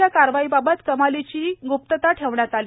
च्या कारवाईबाबत कमालीची गोपनीयता ठेवण्यात आली